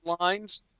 lines